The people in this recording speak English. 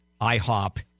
IHOP